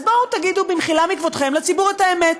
אז בואו, במחילה מכבודכם, תגידו לציבור את האמת.